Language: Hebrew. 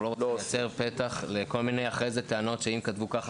לא רוצים לייצר פה לכל מיני טענות שאם כתבו ככה